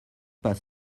pas